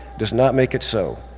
does not make it so.